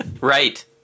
Right